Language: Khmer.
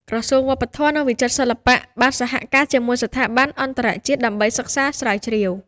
ក្រសួងវប្បធម៌ និងវិចិត្រសិល្បៈ បានសហការជាមួយស្ថាប័នអន្តរជាតិដើម្បីសិក្សាស្រាវជ្រាវ។